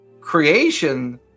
creation